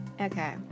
Okay